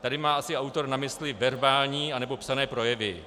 Tady má asi autor na mysli verbální anebo psané projevy.